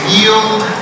yield